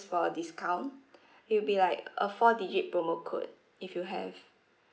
for discount it'll be like a four digit promo code if you have